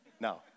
No